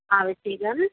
आवश्यकम्